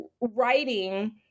writing